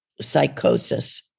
psychosis